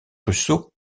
russo